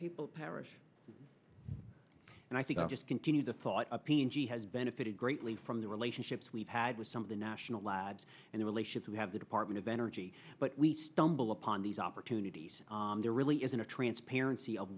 people perish and i think i'll just continue the thought of p and g has benefited greatly from the relationships we've had with some of the national labs and the relationships we have the department of energy but we stumble upon these opportunities there really isn't a transparency of